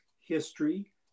History